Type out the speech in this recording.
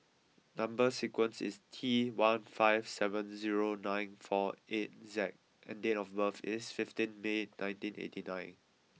number sequence is T one five seven zero nine four eight Z and date of birth is fifteenth May nineteen eighty nine